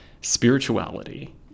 spirituality